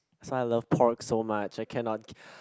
so I love pork so much I cannot